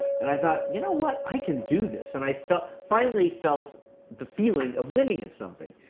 and i thought, you know what, i can do this. and i felt finally felt the feeling of winning at something,